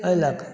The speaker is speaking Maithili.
एहि लए कऽ